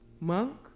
Monk